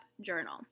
journal